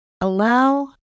Allow